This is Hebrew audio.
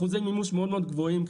אחוזי מימוש מאוד גבוהים,